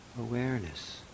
awareness